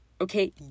Okay